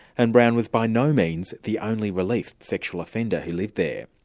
and brown was by no means the only released sexual offender who lived there.